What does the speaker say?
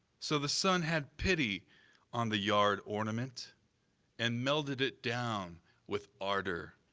so the sun had pity on the yard ornament and melded it down with ardor.